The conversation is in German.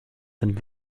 sind